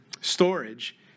storage